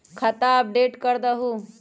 खाता अपडेट करदहु?